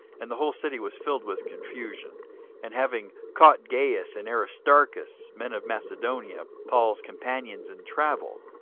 and the whole city was filled with confusion and having caught gaius and aristarchus, men of macedonia, paul's companions in travel,